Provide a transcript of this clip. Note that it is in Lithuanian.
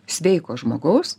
sveiko žmogaus